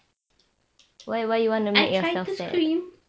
I try to scream